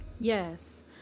Yes